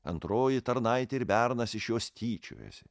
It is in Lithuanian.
antroji tarnaitė ir bernas iš jos tyčiojosi